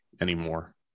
anymore